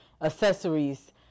accessories